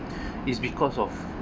is because of